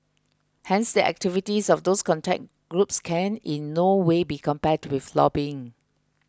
hence the activities of these contact groups can in no way be compared with lobbying